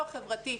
לא חברתית,